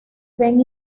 ven